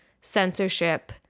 Censorship